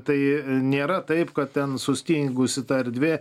tai nėra taip kad ten sustingusi ta erdvė